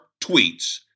tweets